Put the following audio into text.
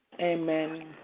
Amen